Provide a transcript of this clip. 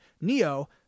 Neo